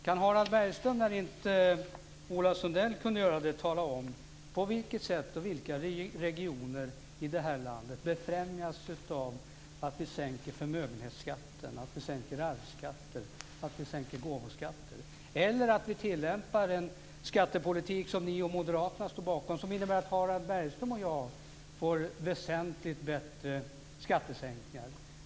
Kan Harald Bergström, när inte Ola Sundell kunde göra det, tala om på vilket sätt regioner i det här landet, och i så fall vilka, befrämjas av att vi sänker förmögenhetsskatten, att vi sänker arvsskatten och att vi sänker gåvoskatten? Eller säg att vi tillämpar den skattepolitik som ni och moderaterna står bakom och som innebär att Harald Bergström och jag får väsentligt lägre skatt.